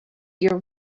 your